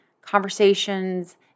conversations